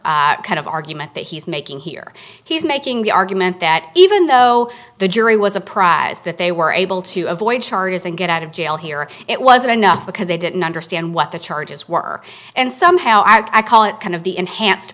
another kind of argument that he's making here he's making the argument that even though the jury was apprised that they were able to avoid charges and get out of jail here it wasn't enough because they didn't understand what the charges were and somehow i call it kind of the enhanced